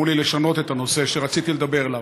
לי לשנות את הנושא שרציתי לדבר עליו.